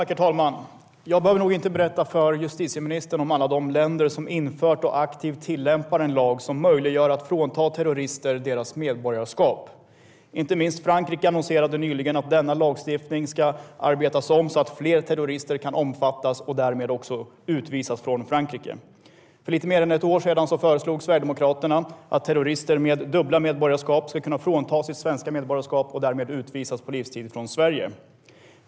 Herr talman! Jag behöver nog inte berätta för justitieministern om alla de länder som har infört och aktivt tillämpar en lag som möjliggör att man fråntar terrorister deras medborgarskap. Inte minst Frankrike annonserade nyligen att denna lagstiftning ska arbetas om så att fler terrorister kan omfattas och därmed också utvisas från Frankrike. För lite mer än ett år föreslog Sverigedemokraterna att terrorister med dubbla medborgarskap ska kunna fråntas sitt svenska medborgarskap och därmed utvisas på livstid från Sverige.